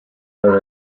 her